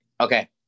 Okay